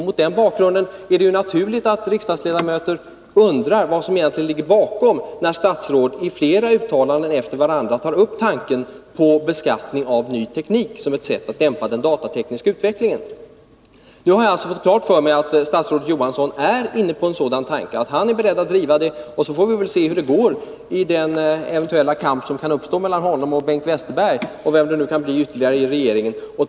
Mot den bakgrunden är det naturligt att riksdagsledamöter undrar vad som egentligen ligger bakom, när statsrådet i flera uttalanden efter varandra tar upp tanken på beskattning av ny teknik som ett sätt att dämpa den datatekniska utvecklingen. Nu har jag fått klart för mig att statsrådet Johansson är inne på en sådan tanke, att han är beredd att driva detta. Sedan får vi se hur det går i den eventuella kamp som kan uppstå mellan honom, Bengt Westerberg och vem i regeringen det ytterligare kan bli fråga om.